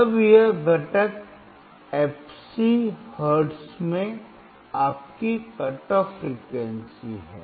तब यह घटक fc हर्ट्ज में आपकी कट ऑफ फ्रीक्वेंसी है